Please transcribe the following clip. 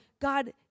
God